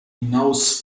hinaus